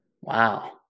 Wow